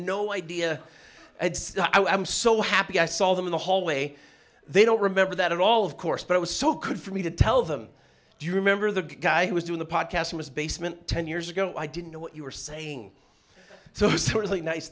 no idea i am so happy i saw them in the hallway they don't remember that at all of course but it was so good for me to tell them do you remember the guy who was doing the podcast in his basement ten years ago i didn't know what you were saying so it's sort of a nice